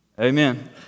Amen